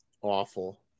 awful